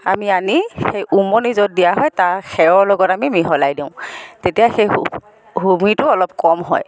আমি আনি সেই উমনি য'ত দিয়া হয় তাৰ খেৰৰ লগত আমি মিহলাই দিওঁ তেতিয়া সেই হুমিটো অলপ কম হয়